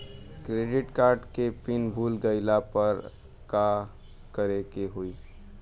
Credit card के पिन भूल गईला पर का करे के होई?